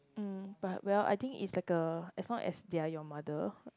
mm but well I think it's like uh as long as they are your mother